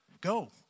Go